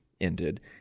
ended